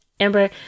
Amber